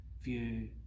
view